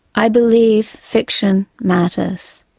i believe fiction matters.